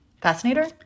fascinator